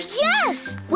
yes